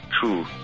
true